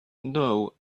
know